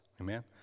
Amen